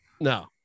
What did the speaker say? No